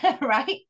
right